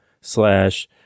slash